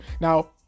Now